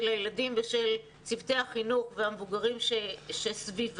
הילדים ושל צוותי החינוך והמבוגרים סביבם.